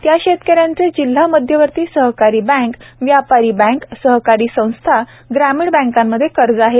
त्या शेतकऱ्यांचे जिल्हा मध्यवर्ती सहकारी बँक व्यापारी बँक सहकारी संस्था ग्रामीण बँकांमध्ये कर्ज आहे